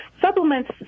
Supplements